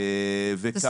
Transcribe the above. כמה אתה מלווה אותם.